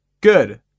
good